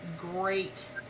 great